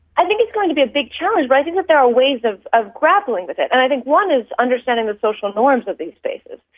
i think it's going to be a big challenge, but i think that there are ways of of grappling with it, and i think one is understanding the social norms of these spaces.